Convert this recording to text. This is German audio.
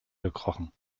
gekrochen